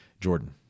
Jordan